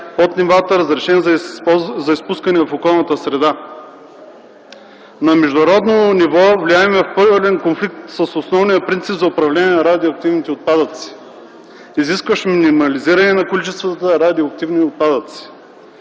под нивата разрешени за изпускане в околната среда. На международно ниво влияем в пълен конфликт с основния принцип за управление на радиоактивните отпадъци, изискващ минимализиране на количествата радиоактивни отпадъци